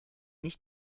nicht